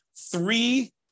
three